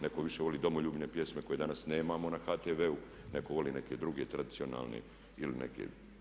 Netko više voli domoljubne pjesme koje danas nemamo na HTV-u, netko voli neke druge tradicionalne ili neke.